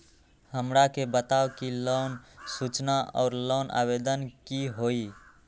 हमरा के बताव कि लोन सूचना और लोन आवेदन की होई?